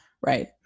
Right